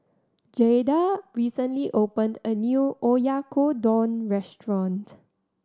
Jaida recently opened a new Oyakodon Restaurant